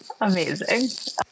Amazing